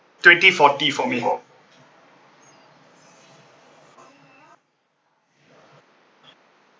twenty forty for me